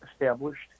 established